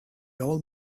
old